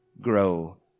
grow